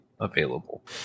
available